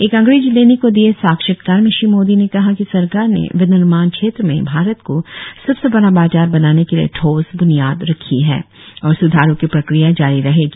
एक अंग्रेजी दैनिक को दिए साक्षात्कार में श्री मोदी ने कहा कि सरकार ने विनिर्माण क्षेत्र में भारत को सबसे बडा बाजार बनाने के लिए ठोस ब्नियाद रखी है और स्धारों की प्रक्रिया जारी रहेगी